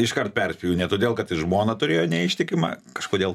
iškart perspėju ne todėl kad jis žmoną turėjo neištikimą kažkodėl